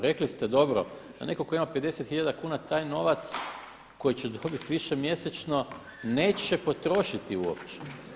Rekli ste dobro da netko tko ima 50 tisuća kuna taj novac koji će dobiti više mjesečno neće potrošiti uopće.